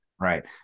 Right